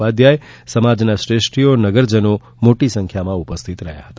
ઉપાધ્યાય સમાજ શ્રેષ્ઠીઓ તથા નગરજનો મોટી સંખ્યામાં ઉપસ્થિત રહ્યા હતા